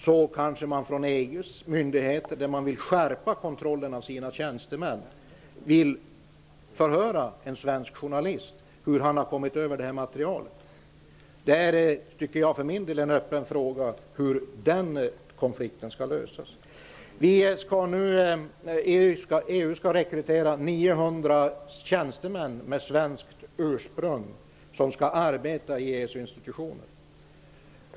Då kanske EU:s myndigheter, som vill skärpa kontrollen av sina tjänstemän, vill förhöra den svenska journalisten om hur han har kommit över materialet. Jag tycker för min del att det är en öppen fråga hur den konflikten skall lösas. EU skall rekrytera 900 tjänstemän med svenskt ursprung som skall arbeta i EU:s institutioner.